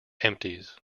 empties